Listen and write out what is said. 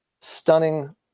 Stunning